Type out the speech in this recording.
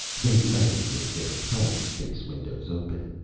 they lay with their helmet face-windows open.